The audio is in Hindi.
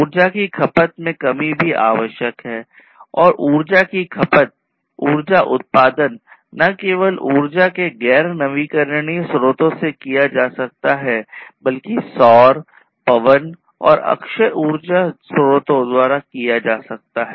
ऊर्जा की खपत में कमी भी आवश्यक है और ऊर्जा की खपत ऊर्जा उत्पादन न केवल ऊर्जा के गैर नवीकरणीय स्रोतों से किया जा सकता है बल्कि सौर पवन जैसे अक्षय ऊर्जा स्रोतों द्वारा किया जा सकता है